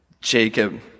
Jacob